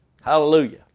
Hallelujah